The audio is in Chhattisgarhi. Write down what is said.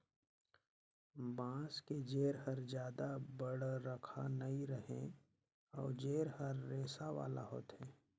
बांस के जेर हर जादा बड़रखा नइ रहें अउ जेर हर रेसा वाला होथे